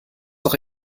doch